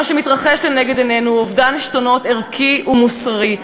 מה שמתרחש לנגד עינינו הוא אובדן עשתונות ערכי ומוסרי,